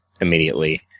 immediately